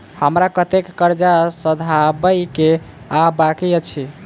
हमरा कतेक कर्जा सधाबई केँ आ बाकी अछि?